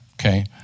okay